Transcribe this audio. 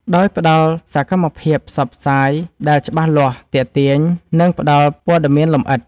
ដោយផ្តល់សកម្មភាពផ្សព្វផ្សាយដែលច្បាស់លាស់ ទាក់ទាញ និងផ្តល់ព័ត៌មានលម្អិត